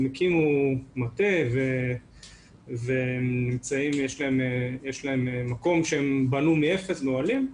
הם הקימו מטה ויש להם מקום שהם בנו מאפס, אוהלים.